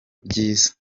byiza